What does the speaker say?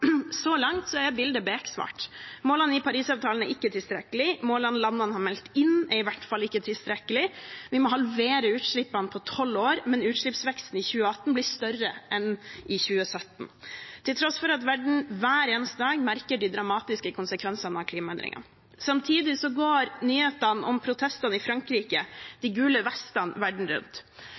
Så langt er bildet beksvart. Målene i Parisavtalen er ikke tilstrekkelig, målene landene har meldt inn, er i hvert fall ikke tilstrekkelig. Vi må halvere utslippene på tolv år, men utslippsveksten i 2018 blir større enn i 2017, til tross for at verden hver eneste dag merker de dramatiske konsekvensene av klimaendringene. Samtidig går nyhetene om protestene i Frankrike, de gule vestene, verden rundt